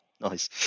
nice